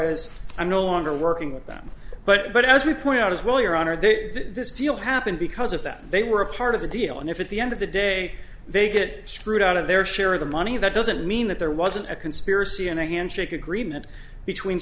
as i'm no longer working with them but as we point out as well your honor that this deal happened because of that they were a part of the deal and if at the end of the day they get screwed out of their share of the money that doesn't mean that there wasn't a conspiracy and a handshake agreement between